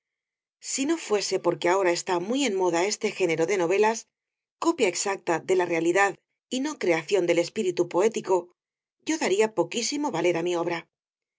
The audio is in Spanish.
si no fuese porque ahora está muy en moda este género de novelas copia exacta de la realidad y no creación del espíritu poético yo daría poquísimo valer á mi obra